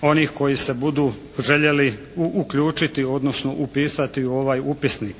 onih koji se budu željeli uključiti, odnosno upisati u ovaj upisnik.